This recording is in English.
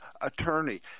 attorney